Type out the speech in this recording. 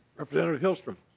representative hilstrom